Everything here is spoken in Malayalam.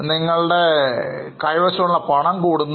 നിങ്ങൾക്ക് മനസ്സിലാകുന്നില്ലേ